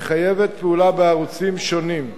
מחייבת פעולה בערוצים שונים,